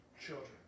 children